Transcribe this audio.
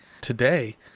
today